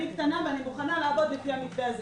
אני קטנה ואני מוכנה לעבוד לפי המתווה הזה.